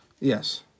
Yes